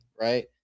right